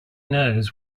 knows